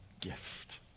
gift